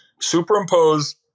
Superimpose